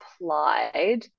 applied